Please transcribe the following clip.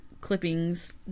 clippings